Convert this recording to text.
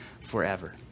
forever